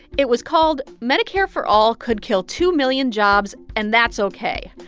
it was called medicare for all could kill two million jobs, and that's o k.